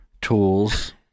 tools